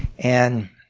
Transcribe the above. and